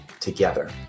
together